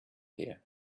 here